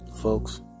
folks